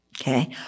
Okay